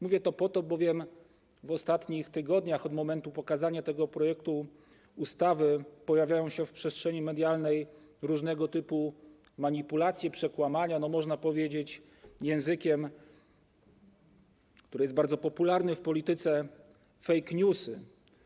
Mówię to, bowiem w ostatnich tygodniach, od momentu pokazania tego projektu ustawy, pojawiają się w przestrzeni medialnej różnego typu manipulacje, przekłamania i - można powiedzieć to językiem, który jest bardzo popularny w polityce - fake newsy.